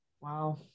Wow